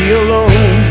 alone